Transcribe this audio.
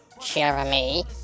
Jeremy